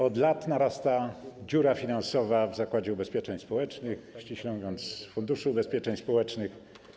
Od lat narasta dziura finansowa w Zakładzie Ubezpieczeń Społecznych, a ściśle mówiąc, w Funduszu Ubezpieczeń Społecznych.